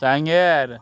सांग्यार